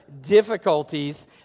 difficulties